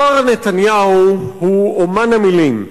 מר נתניהו הוא אמן המלים.